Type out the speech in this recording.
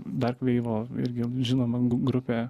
darkveivo irgi žinoma grupė